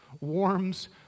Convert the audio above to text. warms